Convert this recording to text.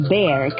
Bear